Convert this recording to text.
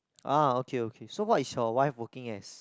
ah okay okay so what is your wife working as